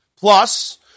Plus